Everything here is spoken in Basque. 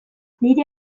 nire